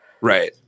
Right